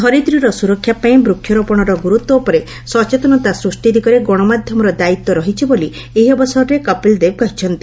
ଧରିତ୍ରୀର ସୁରକ୍ଷା ପାଇଁ ବୃକ୍ଷରୋପଣର ଗୁରୁତ୍ୱ ଉପରେ ସଚେତନତା ସୃଷ୍ଟି ଦିଗରେ ଗଣମାଧ୍ୟମର ଦାୟିତ୍ୱ ରହିଛି ବୋଲି ଏହି ଅବସରରେ କପିଲ୍ଦେବ କହିଛନ୍ତି